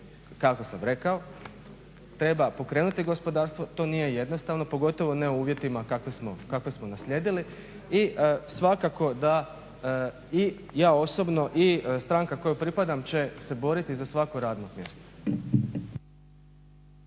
kako sam rekao treba pokrenuti gospodarstvo, to nije jednostavno, pogotovo ne u uvjetima kakve smo naslijedili i svakako da i ja osobno i stranka kojoj pripadam će se boriti za svako radno mjesto.